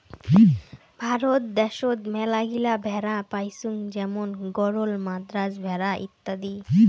ভারত দ্যাশোত মেলাগিলা ভেড়া পাইচুঙ যেমন গরল, মাদ্রাজ ভেড়া ইত্যাদি